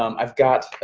um i've got